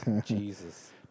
Jesus